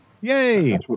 Yay